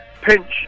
Pinch